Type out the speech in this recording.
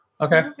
Okay